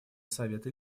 совета